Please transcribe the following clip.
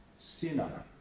sinner